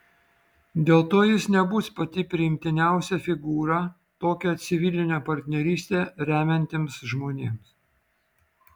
dėl to jis nebus pati priimtiniausia figūra tokią civilinę partnerystę remiantiems žmonėms